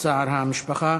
בצער המשפחה.